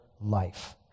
life